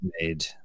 made